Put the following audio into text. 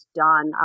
done